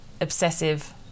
obsessive